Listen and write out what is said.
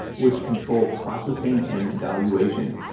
which control processing and valuation,